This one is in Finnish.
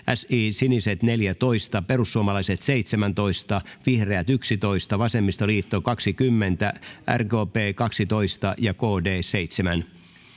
siniset neljätoista perussuomalaiset seitsemäntoista vihreät yksitoista vasemmistoliitto kaksikymmentä rkp kaksitoista ja kd seitsemän